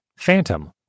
Phantom